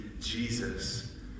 Jesus